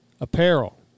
Apparel